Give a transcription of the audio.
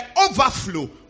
overflow